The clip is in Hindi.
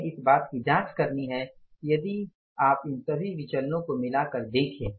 हमें इस बात की जाँच करनी है कि यदि आप इन सभी विचलनो को मिलाकर देखें